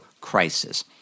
crisis